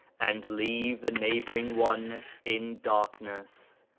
and leave the neighbouring one in darkness,